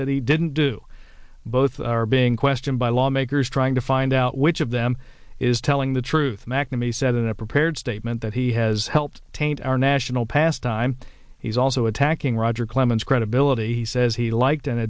that he didn't do both are being questioned by lawmakers trying to find out which of them is telling the truth mcnamee said in a prepared statement that he has helped taint our national pastime he's also attacking roger clemens credibility he says he liked and